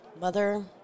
mother